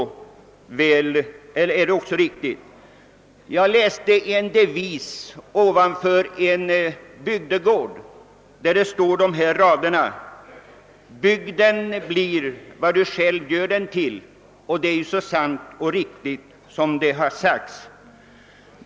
Ovanför ingången till en bygdegård läste jag en devis. Där stod: >Bygden blir vad du själv gör den till.> Det är så sant som det är sagt.